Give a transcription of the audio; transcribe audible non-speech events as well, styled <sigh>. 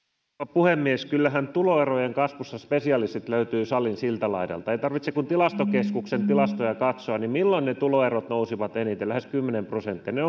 puhemies kyllähän tuloerojen kasvussa spesialistit löytyvät salin siltä laidalta ei tarvitse kuin tilastokeskuksen tilastoja katsoa milloin ne tuloerot nousivat eniten lähes kymmenen prosenttia ne <unintelligible>